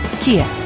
Kia